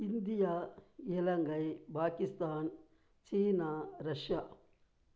India Ilankai Pakistan China Russia